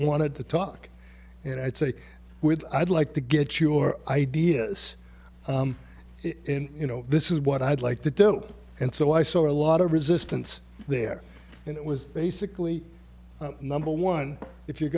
wanted to talk and i say with i'd like to get your ideas in you know this is what i'd like to do and so i saw a lot of resistance there and it was basically number one if you're